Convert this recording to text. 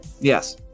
Yes